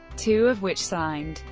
two of which signed,